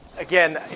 Again